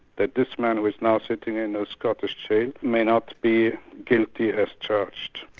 that this man who was now sitting in a scottish jail, may not be guilty as charged.